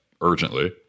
urgently